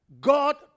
God